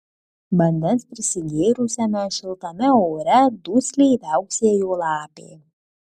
vandens prisigėrusiame šiltame ore dusliai viauksėjo lapė